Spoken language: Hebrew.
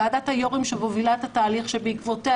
ועדת היו"רים שמובילה את התהליך שבעקבותיה